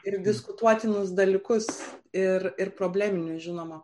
ir diskutuotinus dalykus ir ir probleminių žinoma